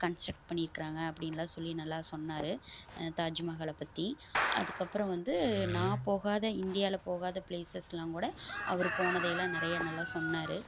construct பண்ணியிருக்குறாங்க அப்படின்லாம் சொல்லி நல்லா சொன்னார் அந்த தாஜ்மஹாலை பற்றி அதுக்கப்புறம் வந்து நான் போகாத இந்தியாவில் போகாத பிளேசஸெலாம் கூட அவர் போனதையெல்லாம் நிறைய நல்லா சொன்னார்